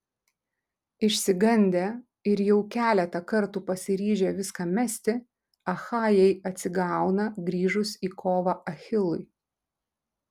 išsigandę ir jau keletą kartų pasiryžę viską mesti achajai atsigauna grįžus į kovą achilui